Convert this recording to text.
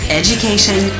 education